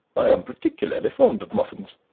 i am particularly fond of muffins.